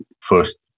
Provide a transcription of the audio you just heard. first